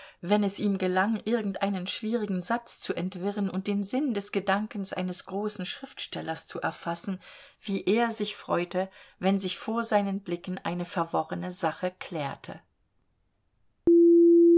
wenn es ihm gelang irgendeinen schwierigen satz zu entwirren und den sinn des gedankens eines großen schriftstellers zu erfassen wie er sich freute wenn sich vor seinen blicken eine verworrene sache klärte